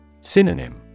Synonym